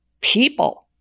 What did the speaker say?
people